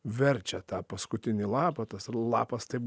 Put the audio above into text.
verčia tą paskutinį lapą tas lapas taip